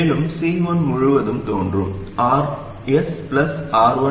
மேலும் C1 முழுவதும் தோன்றுவது Rs R1 || R2